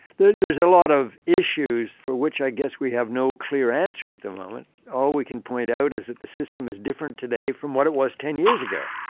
there's a lot of issues for which i guess we have no clear answer at the moment. all we can point out is that the system is different today from what it was ten years ago.